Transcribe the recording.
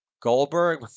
Goldberg